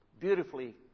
beautifully